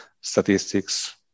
statistics